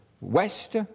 West